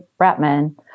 Bratman